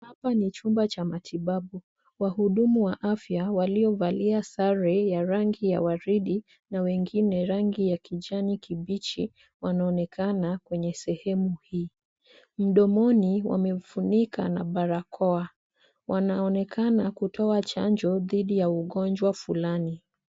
Hapa ni chumba cha matibabu. Wahudumu wa afya waliovalia sare ya rangi ya waridi na wengine rangi ya kijani kibichi, wanaonekana kwenye sehemu hii. Mdomoni wamefunika na barakoa. Wanaonekana kutoa chanjo dhidi ya ugonjwa fulani.